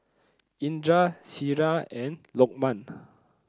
Indra Syirah and Lokman